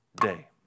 day